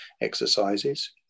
exercises